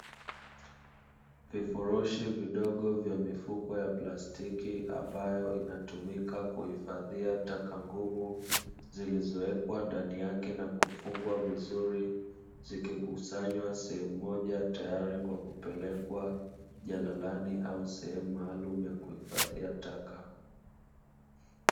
Vifurushi vidogo vya mifuko ya plastiki ambayo inatumika kuhifadhia taka ngumu, zilizowekwa ndani yake na kufungwa vizuri zikikusanywa sehemu moja, tayari kwa kupelekwa jalalani au sehemu maalum ya kuhifadhia taka.